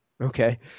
Okay